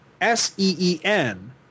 S-E-E-N